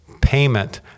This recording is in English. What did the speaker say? payment